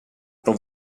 pro